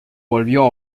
volvió